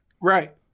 Right